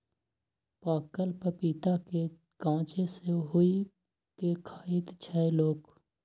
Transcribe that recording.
पाकल पपीता केँ कांचे सोहि के खाइत छै लोक